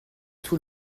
tout